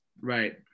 Right